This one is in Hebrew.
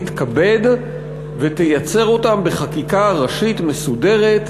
תתכבד ותייצר אותן בחקיקה ראשית מסודרת,